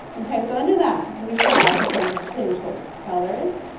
okay, so under that we have some pin choice colors,